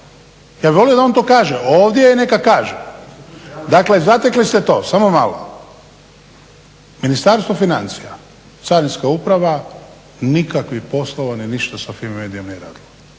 Ja bih volio da on to kaže ovdje, neka kaže. Dakle zatekli ste to. samo malo, Ministarstvo financija, carinska uprava nikakvih poslova ni ništa sa FIMI media nije radila,